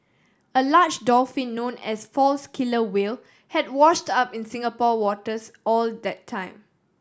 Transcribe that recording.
a large dolphin known as false killer whale had washed up in Singapore waters or that time